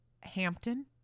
Hampton